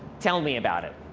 tell me about it.